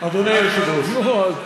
אדוני היושב-ראש,